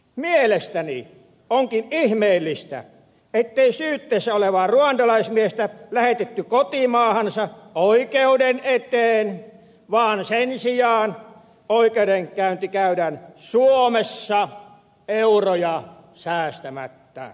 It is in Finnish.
mielestäni onkin ihmeellistä ettei syytteessä olevaa ruandalaismiestä lähetetty kotimaahansa oikeuden eteen vaan että sen sijaan oikeudenkäynti käydään suomessa euroja säästämättä